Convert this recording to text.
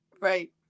Right